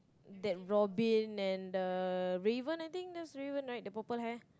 that Robin and the Raven I think that's Raven right the purple hair